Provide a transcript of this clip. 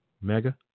mega